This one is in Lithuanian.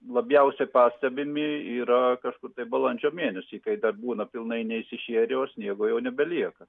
labiausiai pastebimi yra kažkur tai balandžio mėnesį kai dar būna pilnai neišsišėrę o sniego jau nebelieka